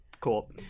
cool